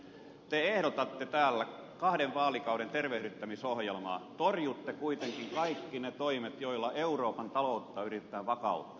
te ehdotatte täällä kahden vaalikauden tervehdyttämisohjelmaa torjutte kuitenkin kaikki ne toimet joilla euroopan taloutta yritetään vakauttaa